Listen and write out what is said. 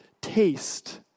taste